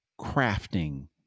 crafting